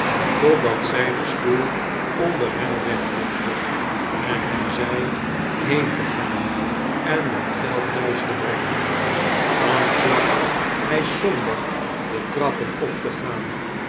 totdat zjj den stoel onder hem wegrukte en hem zei been te gaan en wat geld t'huis te brengen dan placht by somber de trappen op te gaan